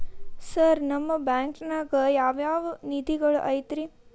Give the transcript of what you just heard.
Sir ನಿಮ್ಮ ಬ್ಯಾಂಕನಾಗ ಯಾವ್ ಯಾವ ನಿಧಿಗಳು ಐತ್ರಿ?